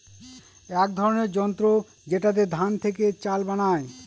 এক ধরনের যন্ত্র যেটাতে ধান থেকে চাল বানায়